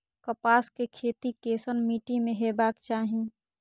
कपास के खेती केसन मीट्टी में हेबाक चाही?